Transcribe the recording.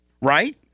right